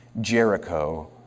Jericho